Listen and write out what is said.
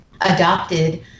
adopted